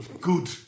Good